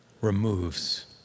removes